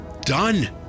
done